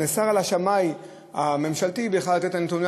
נאסר על השמאי הממשלתי בכלל לתת את הנתונים,